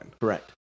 correct